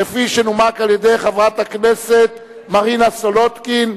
כפי שנומק על-ידי חברת הכנסת מרינה סולודקין.